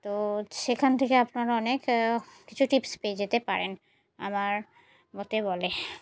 তো সেখান থেকে আপনারা অনেক কিছু টিপস পেয়ে যেতে পারেন আমার মতে বলে